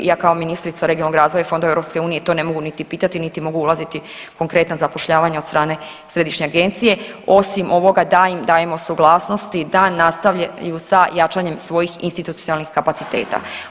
Ja kao ministrica regionalnog razvoja i fondova EU to ne mogu niti pitati, niti mogu ulaziti u konkretna zapošljavanja od strane Središnje agencije osim ovoga da im dajemo suglasnosti da nastavljaju sa jačanjem svojih institucionalnih kapaciteta.